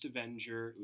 Avenger